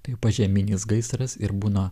tai požeminis gaisras ir būna